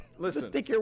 Listen